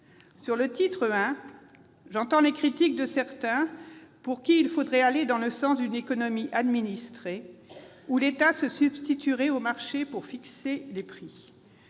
le titre I, j'entends les critiques de certains, qui estiment qu'il faudrait aller dans le sens d'une économie administrée, où l'État se substituerait au marché pour fixer les prix.